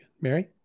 mary